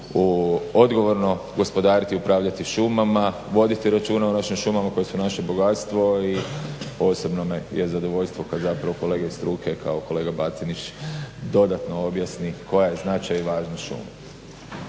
odgovorno gospodariti, upravljati šumama, voditi računa o našim šumama koje su naše bogatstvo i posebno mi je zadovoljstvo kad zapravo kolege iz struke kao kolega Batinić dodatno objasni koja je značaj i važnost šuma.